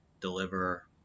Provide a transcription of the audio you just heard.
deliver